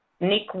Nick